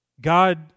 God